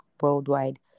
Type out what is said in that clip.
worldwide